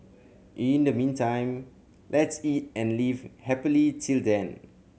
in the meantime let's eat and live happily till then